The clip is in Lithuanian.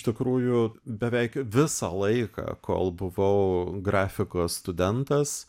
iš tikrųjų beveik visą laiką kol buvau grafikos studentas